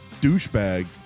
douchebag